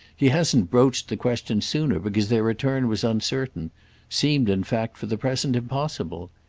he hasn't broached the question sooner because their return was uncertain seemed in fact for the present impossible.